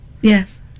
Yes